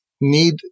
need